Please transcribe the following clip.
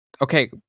Okay